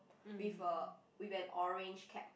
with a with an orange cap